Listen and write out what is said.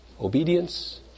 obedience